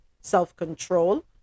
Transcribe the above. self-control